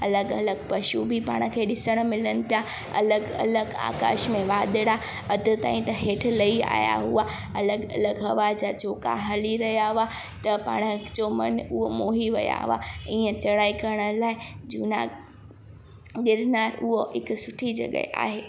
अलॻि अलॻि पशू बिपाण खे ॾिसण मिलनि पिया अलॻि अलॻि आकाश में वादणा हधु ताईं त हेठि लही आहियां हुआ अलॻि अलॻि हवा जा झोका हली रहिया हुआ त पाण जो मनु उहो मोही विया हुआ ईअं चढ़ाई करण लाइ झूना गिरनार उहो हिकु सुठी जॻह आहे